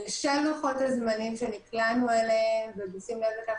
בשל לוחות הזמנים שנקלענו אליהם ובשים לב לכך